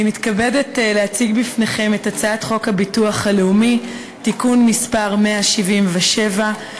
אני מתכבדת להציג בפניכם את הצעת חוק הביטוח הלאומי (תיקון מס' 177),